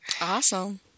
Awesome